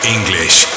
English